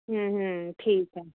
ਹੂੰ ਹੂੰ ਠੀਕ ਐ